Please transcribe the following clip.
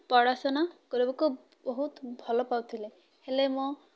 ପଢ଼ାଶୁଣା କରିବାକୁ ବହୁତ ଭଲ ପାଉଥିଲେ ହେଲେ ମୋ